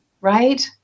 right